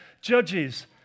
Judges